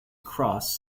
cross